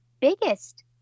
biggest